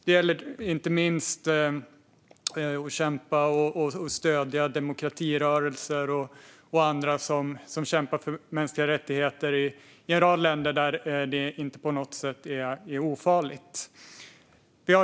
Det gäller inte minst att kämpa för och stödja demokratirörelser och andra som kämpar för mänskliga rättigheter i en rad länder där det inte på något sätt är ofarligt att göra det.